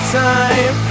time